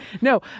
No